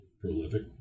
prolific